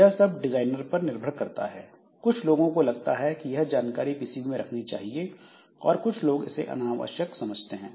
यह सब डिजाइनर पर निर्भर करता है कुछ लोगों को लगता है कि यह जानकारी पीसीबी में रखनी चाहिए और कुछ लोग इसे अनावश्यक समझते हैं